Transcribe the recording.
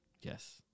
yes